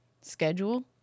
schedule